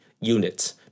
units